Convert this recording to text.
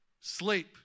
sleep